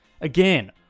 Again